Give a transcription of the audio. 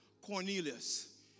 Cornelius